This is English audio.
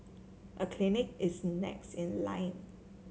a clinic is next in line